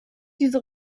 diese